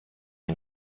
and